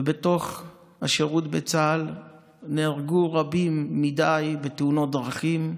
ובתוך השירות בצה"ל נהרגו רבים מדי בתאונות דרכים,